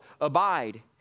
Abide